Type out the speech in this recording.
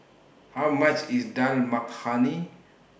How much IS Dal Makhani